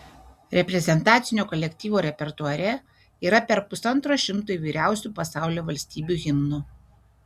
reprezentacinio kolektyvo repertuare yra per pusantro šimto įvairiausių pasaulio valstybių himnų